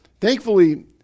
Thankfully